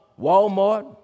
Walmart